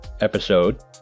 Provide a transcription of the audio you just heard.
episode